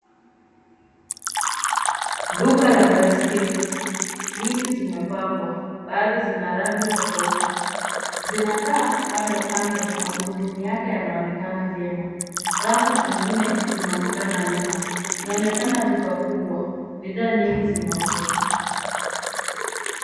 Duka la baiskeli nyingi zimepangwa. Baadhi zina rangi tofauti. Zinakaa kando kando. Magurudumu yake yanaonekana vyema. Rafu nyingine zinaonekana nyuma. Inaonekana duka kubwa. Bidhaa nyingi zinauzwa.